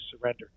surrender